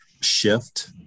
shift